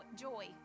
joy